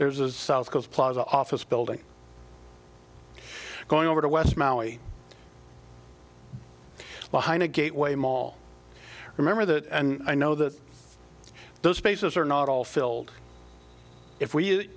there's a south coast plaza office building going over to west maui behind a gateway mall remember that and i know that those spaces are not all filled if we